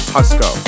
Husco